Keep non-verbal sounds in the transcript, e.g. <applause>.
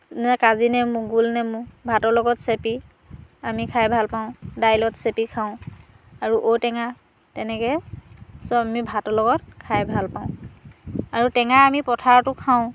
<unintelligible> কাজিনেমু গোলনেমু ভাতৰ লগত চেপি আমি খাই ভাল পাওঁ দাইলত চেপি খাওঁ আৰু ঔটেঙা তেনেকৈ চব আমি ভাতৰ লগত খাই ভাল পাওঁ আৰু টেঙা আমি পথাৰতো খাওঁ